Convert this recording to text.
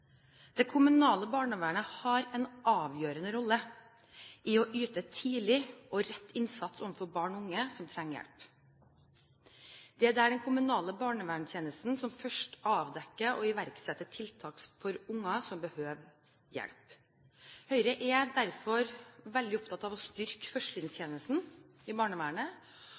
Det kommunale barnevernet har en avgjørende rolle i å yte tidlig og rett innsats overfor barn og unge som trenger hjelp. Det er den kommunale barnevernstjenesten som først avdekker at unger behøver hjelp, og iverksetter tiltak. Høyre er derfor veldig opptatt av å styrke førstelinjetjenesten i barnevernet.